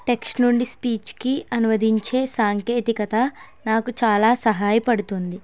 text నుండి speech కి అనువదించే సాంకేతికత నాకు చాలా సహాయపడుతుంది